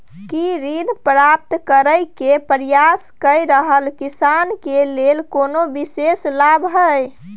की ऋण प्राप्त करय के प्रयास कए रहल किसान के लेल कोनो विशेष लाभ हय?